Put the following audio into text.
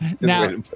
Now